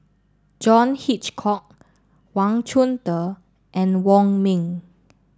John Hitchcock Wang Chunde and Wong Ming